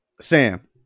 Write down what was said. Sam